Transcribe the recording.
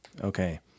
Okay